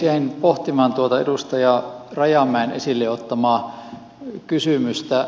jäin pohtimaan tuota edustaja rajamäen esille ottamaa kysymystä